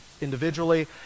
individually